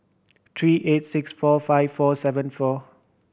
three eight six four five four seven four